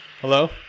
Hello